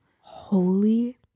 Holy